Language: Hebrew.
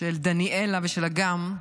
של דניאלה ושל אגם.